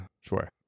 Sure